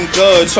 good